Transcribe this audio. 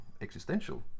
existential